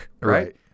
Right